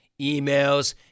emails